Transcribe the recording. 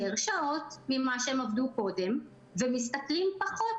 שעות ממה שהם עבדו קודם ומשתכרים פחות,